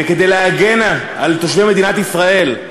וכדי להגן על תושבי מדינת ישראל,